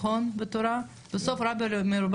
דבר מה נוסף